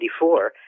1994